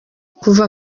kuva